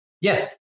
Yes